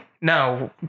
No